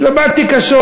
התלבטתי קשות,